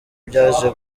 byaje